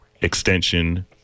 Extension